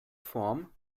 form